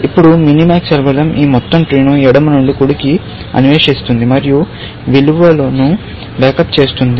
ఇప్పుడు minimax algorithm ఈ మొత్తం ట్రీను ఎడమ నుండి కుడికి అన్వేషిస్తుంది మరియు విలువను బ్యాకప్ చేస్తుంది